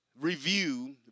review